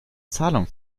zahlung